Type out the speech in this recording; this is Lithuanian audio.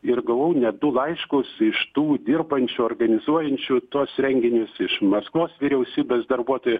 ir gavau net du laiškus iš tų dirbančių organizuojančių tuos renginius iš maskvos vyriausybės darbuotojų